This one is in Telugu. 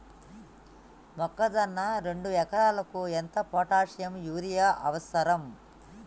మొక్కజొన్న రెండు ఎకరాలకు ఎంత పొటాషియం యూరియా అవసరం?